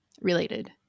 related